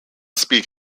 speak